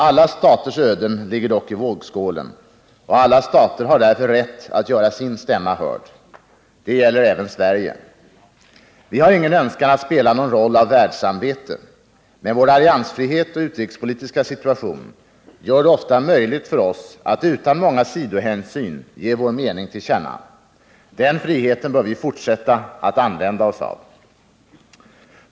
Alla staters öden ligger dock i vågskålen, och alla stater har därför rätt att göra sin stämma hörd. Det gäller även Sverige. Vi har ingen önskan att spela någon roll av världssamvete. Men vår alliansfrihet och utrikespolitiska situation gör det ofta möjligt för oss att utan många sidohänsyn ge vår mening till känna. Den friheten bör vi fortsätta att använda oss av.